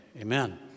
Amen